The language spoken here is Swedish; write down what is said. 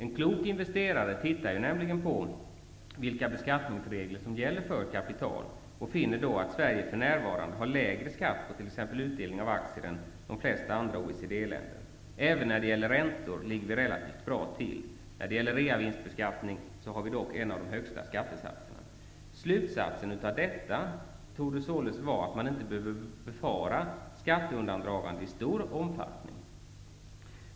En klok investerare undersöker nämligen vilka beskattningsregler som gäller för kapital och finner då att Sverige för närvarande har lägre skatt på t.ex. utdelning av aktier än de flesta andra OECD länder. Även när det gäller räntor ligger Sverige på en relativt bra nivå. När det gäller reavinstbeskattning har Sverige dock en av de högsta skattesatserna. Slutsatsen av detta torde således vara att man inte behöver befara skatteundandragande i stor omfattning.